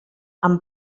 amb